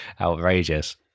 outrageous